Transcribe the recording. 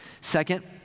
Second